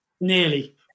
nearly